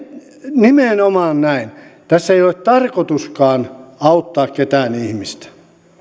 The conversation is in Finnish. nimenomaan näin tässä ei ole tarkoituskaan auttaa ketään ihmistä